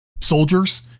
soldiers